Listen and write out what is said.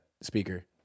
speaker